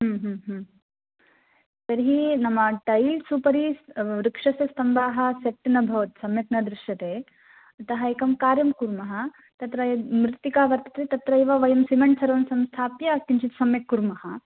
तर्हि नाम टैल्स् उपरि वृक्षस्य स्तम्भाः सेट् न भवन्ति सम्यक् न दृश्यते अतः एकं कार्यं कुर्मः तत्र यद् मृत्तिका वर्तते तत्रैव वयं सिमेण्ट् सर्वं संस्थाप्य किञ्चित् सम्यक् कुर्मः